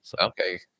Okay